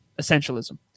Essentialism